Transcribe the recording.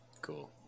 Cool